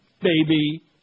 Baby